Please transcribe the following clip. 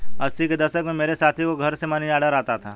अस्सी के दशक में मेरे साथी को घर से मनीऑर्डर आता था